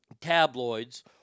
tabloids